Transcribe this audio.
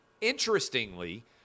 Interestingly